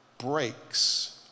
breaks